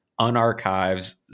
unarchives